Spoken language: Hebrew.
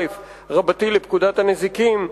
לפקודת הנזיקין,